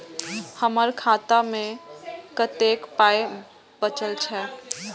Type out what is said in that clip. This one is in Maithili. हमर खाता मे कतैक पाय बचल छै